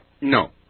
No